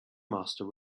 master